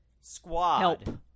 squad